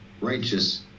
righteous